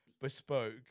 bespoke